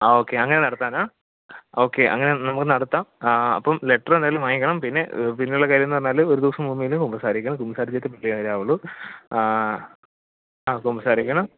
ആ ഓക്കെ അങ്ങനെ നടത്താനാണോ ഓക്കെ അങ്ങനെ നമുക്ക് നടത്താം ആ അപ്പം ലെറ്റർ എന്തായാലും വാങ്ങിക്കണം പിന്നെ പിന്നെയുള്ള കാര്യമെന്ന് പറഞ്ഞാൽ ഒരു ദിവസം മുമ്പെങ്കിലും കുമ്പസാരിക്കണം കുമ്പസാരിച്ചിട്ടേ പള്ളിയിൽ വരാവുള്ളൂ ആ കുമ്പസാരിക്കണം